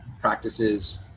practices